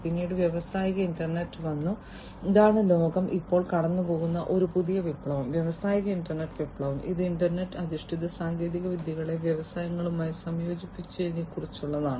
പിന്നീട് വ്യാവസായിക ഇന്റർനെറ്റ് വന്നു ഇതാണ് ലോകം ഇപ്പോൾ കടന്നുപോകുന്ന ഈ പുതിയ വിപ്ലവം വ്യാവസായിക ഇന്റർനെറ്റ് വിപ്ലവം ഇത് ഇന്റർനെറ്റ് അധിഷ്ഠിത സാങ്കേതികവിദ്യകളെ വ്യവസായങ്ങളുമായി സംയോജിപ്പിക്കുന്നതിനെക്കുറിച്ചുള്ളതാണ്